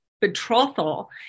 betrothal